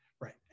right